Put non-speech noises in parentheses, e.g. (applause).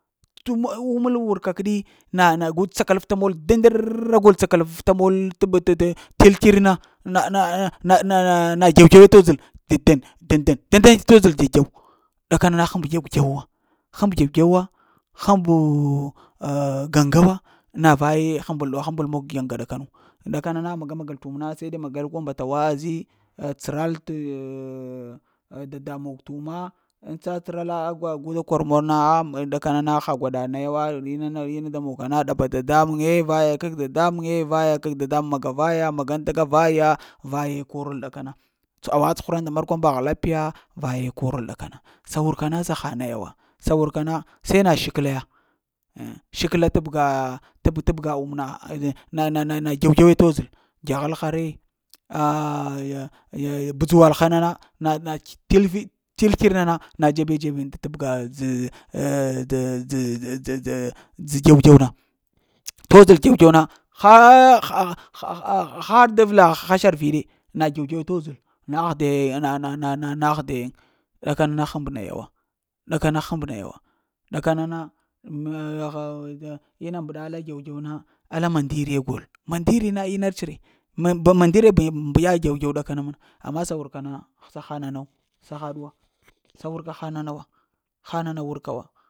T'uməl umal wurka kəɗi, na nagu tsəekalfta mol dandərrr gul tsakalavafta mol bata t'il til tər na-na-na-na ɗew-dewe t''dzəl teŋ-teŋ-teŋ-teɗ t'dzəl ɗew-dew amma ɗakana na həm ba dew-dew wo həna ba dew-dew wa, həmbə (hesitation) gaŋga wa, na vaye həmbal hambal mog gaŋga ɗakana nu dakana na maga maga t'wum na se de magal mbata wa azi eh tsəral ehh dada mog t'wuma ŋ tsatsəralo gu da kor mol na a ma ɗakana na ha gwaɗa naya wa ina na, inna da mog ka na ɗaɓa t'dada muŋe eh vage kag dadamuŋe eh vaye kay dadamuŋ maga vaya, magan taka vaya, korəl ɗakana to awa tsuhura nda murkwam mbagh lapiya vaye korəl ɗakana, sa wurka na sa ha naya vaya wa, sa wuirka na se na shəka luwa ya? Shəkəla tabga tab tabga wum na na-na-na na dew-dewe t'dzəl, dahelha re (hesitation) budzuwal ha na na na na t'ill vərɗ till ter nana na dzebe-dzeb yiŋ da tabga (hesitation) tabga dzə dew-dew na t'dzəl dew-dew na (hesitation) da vla hasha ar viɗe na dew-dew t'dzel na ah deyiŋ na na aghde yiŋ ɗakana na həmba naya wo ɗakana həmba naya wo ɗaka na na maha nda ina mbəɗa la dew-dew na, alla mandir gol mandiri na inats re, mand mandiri ye mbaɗa dew-dew ɗakana məna, amma sa wurka na sa ha nanu sa haɗuwo, sa wurka hana nu, hana na wurka wa.